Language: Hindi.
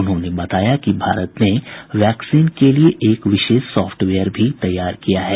उन्होंने बताया कि भारत ने वैक्सीन के लिए एक विशेष सॉफ्टवेयर भी बनाया है